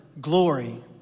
glory